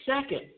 second